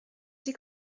die